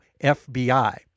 FBI